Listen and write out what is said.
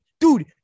Dude